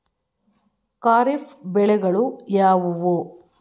ಖಾರಿಫ್ ಬೆಳೆಗಳು ಯಾವುವು?